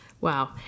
wow